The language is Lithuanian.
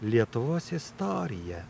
lietuvos istorija